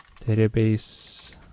database